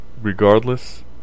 regardless